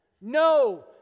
No